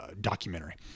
documentary